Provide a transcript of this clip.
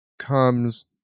comes